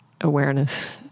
awareness